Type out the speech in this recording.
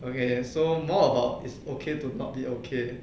okay so more about is okay to not be okay